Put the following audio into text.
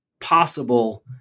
possible